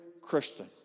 Christian